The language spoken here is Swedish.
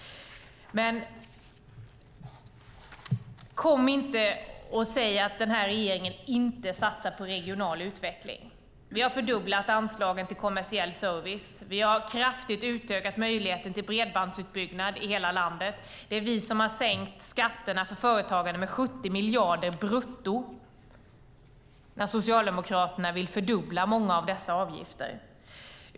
Men kom inte och säg att denna regering inte satsar på regional utveckling! Vi har fördubblat anslagen till kommersiell service, vi har kraftigt utökat möjligheten till bredbandsutbyggnad i hela landet. Det är vi som har sänkt skatterna för företagande med 70 miljarder brutto när Socialdemokraterna vill fördubbla många av dessa avgifter.